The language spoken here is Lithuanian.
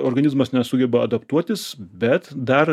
organizmas nesugeba adaptuotis bet dar